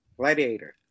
Gladiator